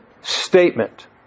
statement